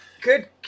Good